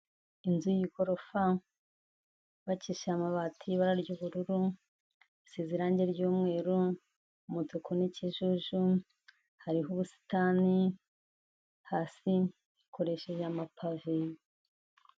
Inzu y'igorofa yubakishije amabati y'ibara ry'ubururu, isize irange ry'umweru, umutuku n'ikijuju, hariho ubusitani, hasi ikoresheje amapave.